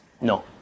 no